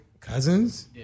cousins